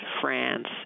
France